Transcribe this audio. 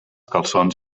calçons